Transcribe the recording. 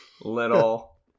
little